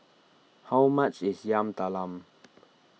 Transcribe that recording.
how much is Yam Talam